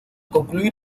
concluir